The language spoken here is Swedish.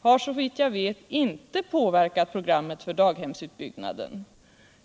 har såvitt jag vet inte påverkat programmet för daghemsutbyggnaden.